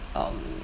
um